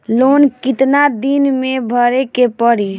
Loan कितना दिन मे भरे के पड़ी?